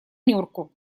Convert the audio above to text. нюрку